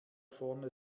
vorne